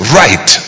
right